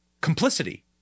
complicity